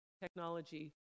technology